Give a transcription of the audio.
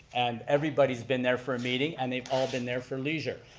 and everybody's been there for a meeting and they've all been there for leisure.